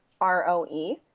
R-O-E